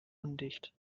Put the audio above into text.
undicht